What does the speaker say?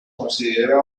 considera